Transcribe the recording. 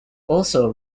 also